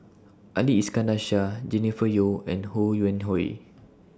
Ali Iskandar Shah Jennifer Yeo and Ho Yuen Hui